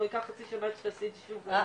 או ייקח חצי שנה עד שתעשי את זה שוב.